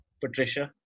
Patricia